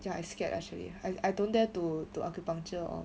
ya I scared I show you I I don't dare to to acupuncture [one]